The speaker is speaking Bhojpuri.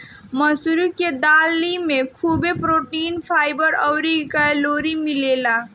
मसूरी के दाली में खुबे प्रोटीन, फाइबर अउरी कैलोरी मिलेला